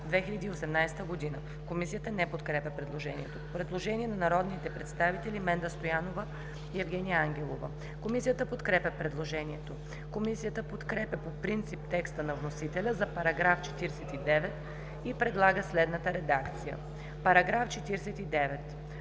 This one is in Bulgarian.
2018 г.“ Комисията не подкрепя предложението. Предложение на народните представители Менда Стоянова и Евгения Ангелова. Комисията подкрепя предложението. Комисията подкрепя по принцип текста на вносителя за § 49 и предлага следната редакция: „§ 49.